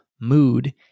mood